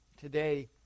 Today